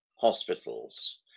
hospitals